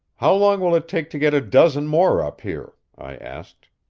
how long will it take to get a dozen more up here? i asked.